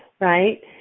right